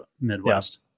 Midwest